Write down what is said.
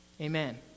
Amen